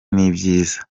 n’ibyiza